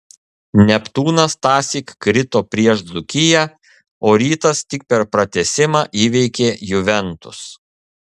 neptūnas tąsyk krito prieš dzūkiją o rytas tik per pratęsimą įveikė juventus